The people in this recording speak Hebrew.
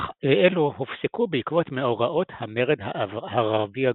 אך אלו הופסקו בעקבות מאורעות המרד הערבי הגדול.